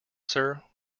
sir